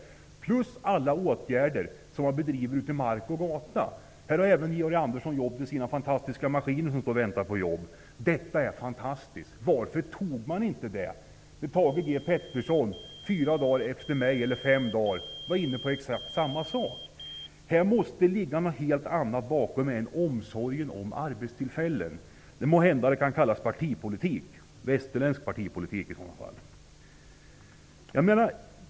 Till detta kommer alla åtgärder som vidtas ute i marker och på gatan. Där får även Georg Andersson jobb till de fantastiska maskiner som står och väntar. Detta är fantastiskt! Varför tog man inte chansen? Thage G Peterson var fyra fem dagar efter mig inne på exakt samma tankegång. Här måste ligga något annat bakom än omsorgen om arbetstillfällen. Det kan måhända kallas för västerländsk partipolitik.